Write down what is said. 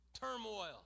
turmoil